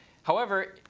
however,